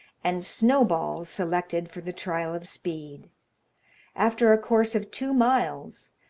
and snowball selected for the trial of speed after a course of two miles,